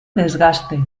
desgaste